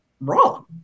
wrong